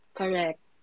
correct